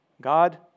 God